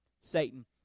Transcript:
Satan